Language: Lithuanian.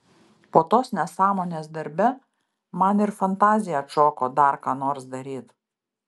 po tos nesąmonės darbe man ir fantazija atšoko dar ką nors daryt